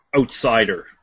outsider